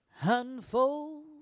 Unfold